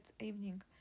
evening